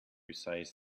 says